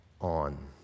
on